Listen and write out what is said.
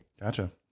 Gotcha